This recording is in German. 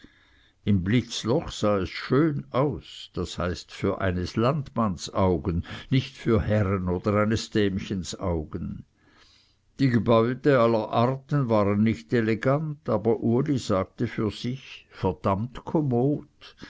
im blitzloch sah es schön aus das heißt für eines landmanns augen nicht für herren oder eines dämchens augen die gebäulichkeiten aller art waren nicht elegant aber uli sagte für sich verdammt kommod